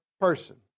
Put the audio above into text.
person